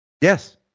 Yes